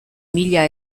mila